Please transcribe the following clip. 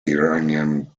iranian